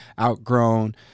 outgrown